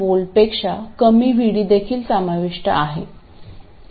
7V पेक्षा कमी VD देखील समाविष्ट आहे